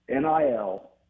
NIL